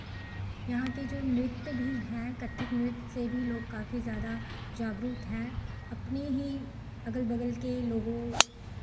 यहाँ के जो नृत्य भी हैं कथक नृत्य से भी लोग काफी ज़्यादा जागरूक हैं अपनी ही अगल बगल के लोगों